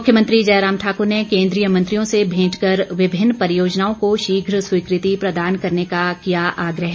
मुख्यमंत्री जयराम ठाकुर ने केन्द्रीय मंत्रियों से भेंट कर विभिन्न परियोजनाओं को शीघ्र स्वीकृति प्रदान करने का किया आग्रह